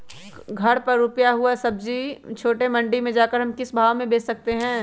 घर पर रूपा हुआ सब्जी छोटे मंडी में जाकर हम किस भाव में भेज सकते हैं?